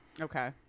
Okay